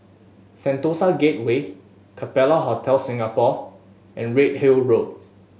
Sentosa Gateway Capella Hotel Singapore and Redhill Road